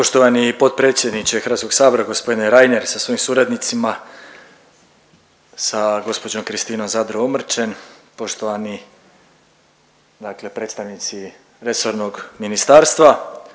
Poštovani potpredsjedniče Hrvatskog sabora gospodine Reiner sa svojim suradnicima, sa gospođom Kristinom Zadro Omrčen, poštovani dakle predstavnici resornog ministarstva,